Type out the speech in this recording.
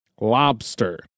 Lobster